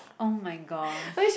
oh my gosh